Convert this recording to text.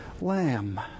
lamb